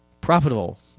profitable